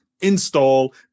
Install